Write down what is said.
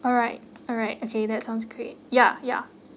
alright alright okay that sounds great ya ya